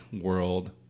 world